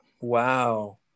Wow